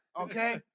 Okay